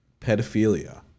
pedophilia